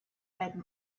had